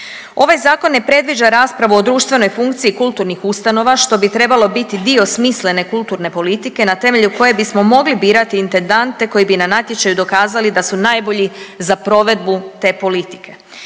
Ovaj zakon ne predviđa raspravu o društvenoj funkciji kulturnih ustanova što bi trebalo biti dio smislene kulturne politike na temelju koje bismo mogli birati intendante koji bi na natječaju dokazali da su najbolji za provedbu te politike.